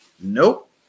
Nope